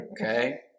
Okay